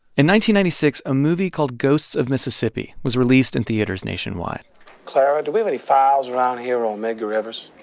and ninety ninety six, a movie called ghosts of mississippi was released in theaters nationwide clara, do we have any files around here on medgar evers?